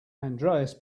andreas